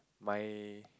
my